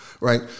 right